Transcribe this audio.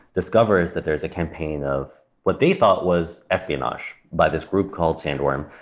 discovers that there's a campaign of what they thought was espionage by this group called sandworm.